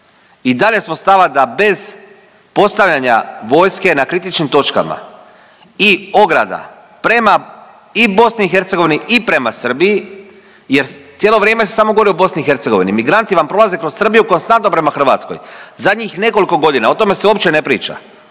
i dalje smo stava da bez postavljanja vojske na kritičnim točkama i ograda prema i BiH i prema Srbiji jer cijelo vrijeme se samo govori o BiH, migranti vam prolaze kroz Srbiju konstantno prema Hrvatskoj. Zadnjih nekoliko godina o tome se uopće ne priča.